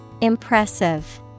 Impressive